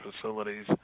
facilities